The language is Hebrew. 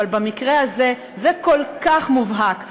אבל במקרה הזה זה כל כך מובהק,